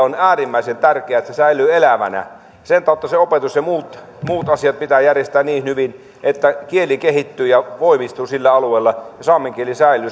on äärimmäisen tärkeää että kieli tällä alueella säilyy elävänä sen tautta sen opetus ja muut muut asiat pitää järjestää niin hyvin että kieli kehittyy ja voimistuu sillä alueella ja saamen kieli säilyy